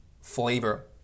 flavor